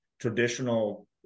traditional